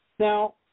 Now